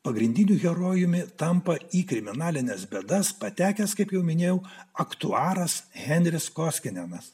pagrindiniu herojumi tampa į kriminalines bėdas patekęs kaip jau minėjau aktuaras henris koskienenas